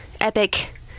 epic